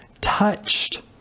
touched